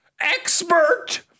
expert